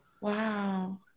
Wow